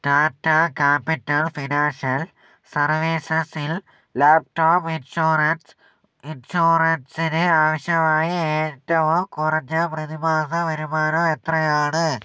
Tata capital financial സർവീസസിൽ laptop insurance ഇൻഷുറൻസിന് ആവശ്യമായ ഏറ്റവും കുറഞ്ഞ പ്രതിമാസ വരുമാനം എത്രയാണ്